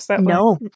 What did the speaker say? No